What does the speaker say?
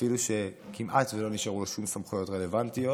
אפילו שכמעט ולא נשארו שום סמכויות רלוונטיות.